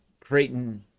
Creighton